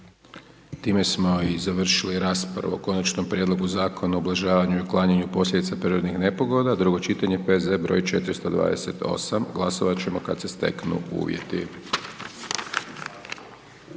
Time smo i završili raspravu o konačnom prijedlogu Zakonu o ublažavanju i uklanjanju posljedica prirodnih nepogoda, drugo čitanje, P.Z. br. 428. Glasovati ćemo kada se steknu uvjeti.